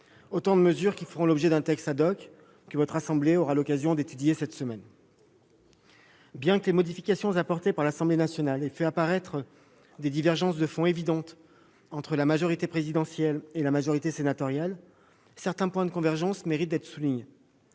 retraités, qui font l'objet d'un texte que votre assemblée étudiera cette semaine. Bien que les modifications apportées par l'Assemblée nationale aient fait apparaître des divergences de fond évidentes entre la majorité présidentielle et la majorité sénatoriale, certains points de convergence méritent cependant d'être soulignés.